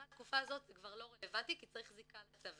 אחרי התקופה הזאת זה כבר לא רלבנטי כי צריך זיקה לצבא.